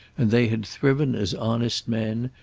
and they had thriven as honest men,